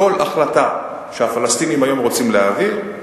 כל החלטה שהפלסטינים היום רוצים להעביר,